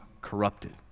corrupted